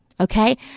Okay